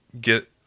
get